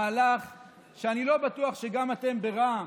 אני לא בטוח שגם אתם ברע"מ,